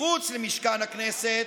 מחוץ למשכן הכנסת,